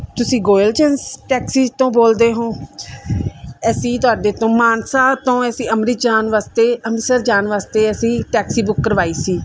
ਤੁਸੀਂ ਗੋਇਲ ਏਜੰ ਟੈਕਸੀਜ ਤੋਂ ਬੋਲਦੇ ਹੋ ਅਸੀਂ ਤੁਹਾਡੇ ਤੋਂ ਮਾਨਸਾ ਤੋਂ ਅਸੀਂ ਅੰਮ੍ਰਿਤ ਜਾਣ ਵਾਸਤੇ ਅੰਮ੍ਰਿਤਸਰ ਜਾਣ ਵਾਸਤੇ ਅਸੀਂ ਟੈਕਸੀ ਬੁੱਕ ਕਰਵਾਈ ਸੀ